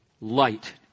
light